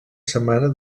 setmana